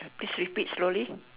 please repeat slowly